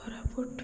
Koraput